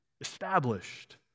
established